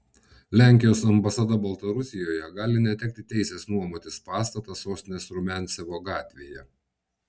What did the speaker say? lenkijos ambasada baltarusijoje gali netekti teisės nuomotis pastatą sostinės rumiancevo gatvėje